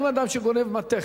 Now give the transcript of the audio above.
אם אדם שגונב מתכת,